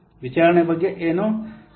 ವಿಚಾರಣೆಯ ಬಗ್ಗೆ ಏನು